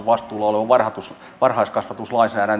vastuulla oleva varhaiskasvatuslainsäädäntö